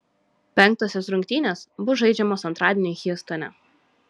penktosios rungtynės bus žaidžiamos antradienį hjustone